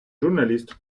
журналіст